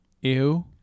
Ew